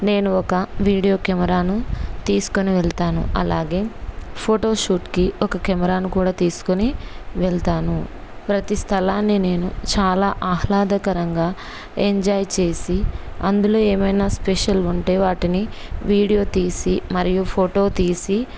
నేను ఒక వీడియో కెమెరాను తీసుకొని వెళతాను అలాగే ఫోటో షూట్కి ఒక కెమెరాను కూడా తీసుకొని వెళతాను ప్రతీ స్థలాన్ని నేను చాలా ఆహ్లాదకరంగా ఎంజాయ్ చేసి అందులో ఏమైనా స్పెషల్ ఉంటే వాటిని వీడియో తీసి మరియు ఫోటో తీసి